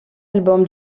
album